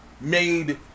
made